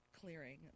clearing